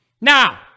Now